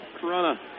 Corona